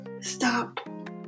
stop